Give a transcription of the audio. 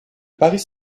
paris